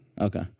Okay